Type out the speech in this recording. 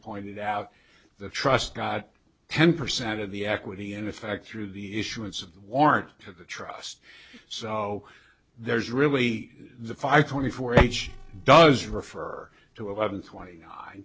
pointed out the trust got ten percent of the equity in effect through the issuance warrant of the trust so there's really the five twenty four h does refer to eleven twenty